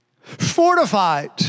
fortified